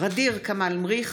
ע'דיר כמאל מריח,